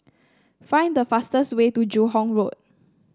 find the fastest way to Joo Hong Road